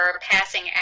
passing